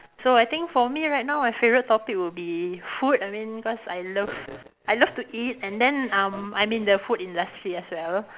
so I think for me right now my favourite topic would be food I mean cause I love I love to eat and then um I'm in the food industry as well